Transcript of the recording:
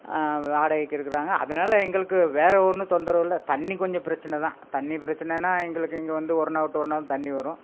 வாடகைக்கு இருக்கிறாங்க அதனால எங்களுக்கு வேற ஒன்றும் தொந்தரவு இல்லை தண்ணி கொஞ்சம் பிரச்சனை தான் தண்ணி பிரச்சனைனா எங்களுக்கு இங்கே வந்து ஒரு நாள் விட்டு ஒரு நாள் தண்ணி வரும்